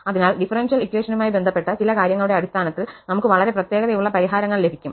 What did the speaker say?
അതിനാൽ ഡിഫറൻഷ്യൽ ഇക്വഷനുമായി ബന്ധപ്പെട്ട ചില കാര്യങ്ങളുടെ അടിസ്ഥാനത്തിൽ നമുക് വളരെ പ്രത്യേകതയുള്ള പരിഹാരങ്ങൾ ലഭിക്കും